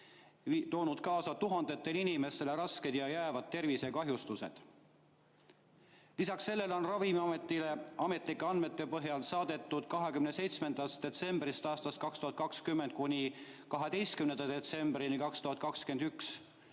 toonud kaasa tuhandete inimeste rasked ja jäävad tervisekahjustused. Lisaks on Ravimiametile ametlike andmete põhjal saadetud 27. detsembrist 2020. aastal kuni 12. detsembrini 2021.